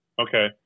Okay